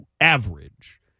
average